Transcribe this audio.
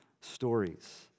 stories